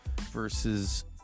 versus